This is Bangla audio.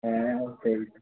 হ্যাঁ সেই